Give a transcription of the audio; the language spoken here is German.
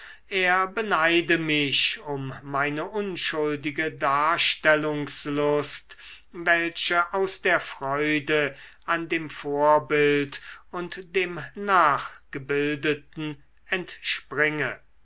er beneide mich um meine unschuldige darstellungslust welche aus der freude an dem vorbild und dem nachgebildeten